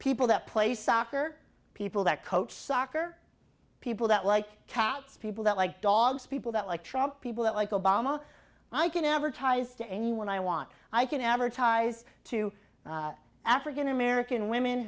people that play soccer people that coach soccer people that like cats people that like dogs people that like trump people that like obama i can advertise to anyone i want i can advertise to african american women